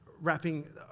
wrapping